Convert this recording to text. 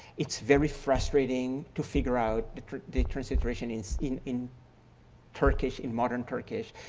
it's very frustrating to figure out the transliteration is in in turkish, in modern turkish.